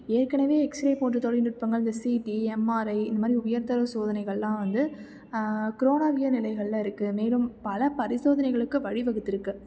ஏற்கனவே எக்ஸ்ரே போன்ற தொழில்நுட்பங்கள் இந்த சிடி எம்ஆர்ஐ இந்த மாதிரி உயர்த்தர சோதனைகள்லாம் வந்து க்ரோனோ உயர்நிலைகளில் இருக்குது மேலும் பல பரிசோதனைகளுக்கு வழி வகுத்திருக்கு